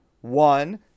one